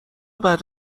بعد